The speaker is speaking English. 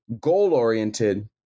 goal-oriented